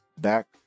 back